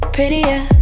Prettier